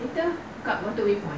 what do we